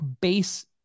Base